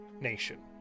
nation